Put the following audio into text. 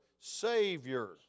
Savior